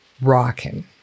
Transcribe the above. rocking